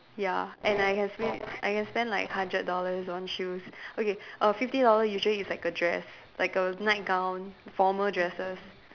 ya and I can spend I can spend like hundred dollars on shoes okay err fifty dollars usually is like a dress like a nightgown formal dresses